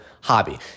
hobby